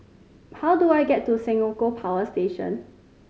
how do I get to Senoko Power Station